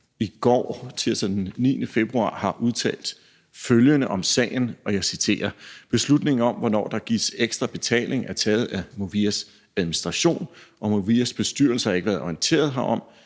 i går, tirsdag den 9. februar, har udtalt følgende om sagen, og jeg citerer: Beslutningen om, hvornår der gives ekstra betaling, er taget af Movias administration, og Movias bestyrelse har ikke været orienteret herom.